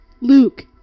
Luke